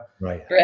Right